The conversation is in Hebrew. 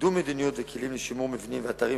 קידום מדיניות וכלים לשימור מבנים ואתרים,